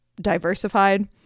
diversified